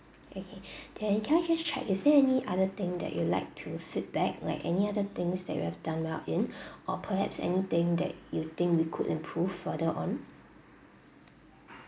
okay then can I just check is there any other thing that you like to feedback like any other things that we have done well in or perhaps anything that you think we could improve further on